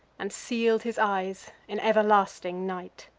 and seal'd his eyes in everlasting night.